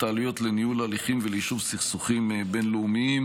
העלויות של ניהול הליכים ויישוב סכסוכים בין-לאומיים.